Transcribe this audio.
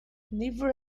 never